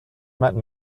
met